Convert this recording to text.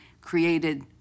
created